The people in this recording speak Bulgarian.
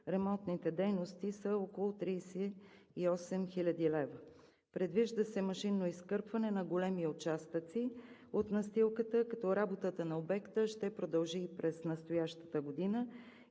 ремонтните дейности са около 38 000 лв. Предвижда се машинно изкърпване на големи участъци от настилката, като работата на обекта ще продължи и през настоящата година.